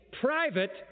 private